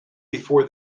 before